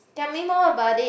tell me more about it